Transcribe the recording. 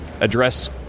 address